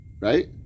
right